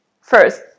First